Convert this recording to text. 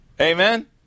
Amen